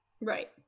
Right